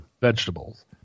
vegetables